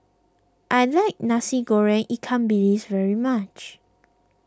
I like Nasi Goreng Ikan Bilis very much